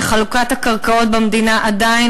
שחלוקת הקרקעות במדינה עדיין,